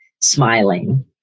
smiling